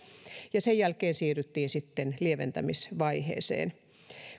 ja sen jälkeen siirryttiin sitten lieventämisvaiheeseen